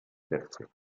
persia